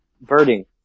Birding